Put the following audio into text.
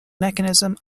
mechanism